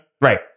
right